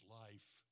life